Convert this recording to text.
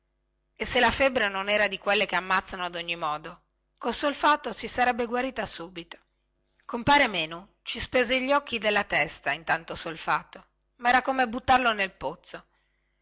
e se la febbre non era di quelle che ammazzano ad ogni modo col solfato si sarebbe guarita subito compare menu ci spese gli occhi della testa in tanto solfato ma era come buttarlo nel pozzo